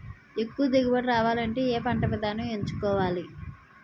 ఎక్కువ దిగుబడి రావాలంటే ఏ పంట విధానం ఎంచుకోవాలి?